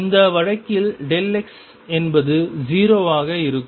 இந்த வழக்கில் x என்பது 0 ஆக இருக்கும்